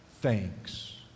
thanks